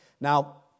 Now